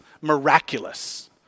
miraculous